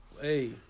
Hey